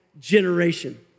generation